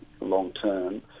long-term